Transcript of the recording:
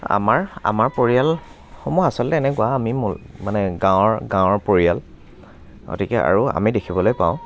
আমাৰ আমাৰ পৰিয়ালসমূহ আচলতে এনেকুৱা আমি মূল মানে গাঁৱৰ গাঁৱৰ পৰিয়াল গতিকে আৰু আমি দেখিবলৈ পাওঁ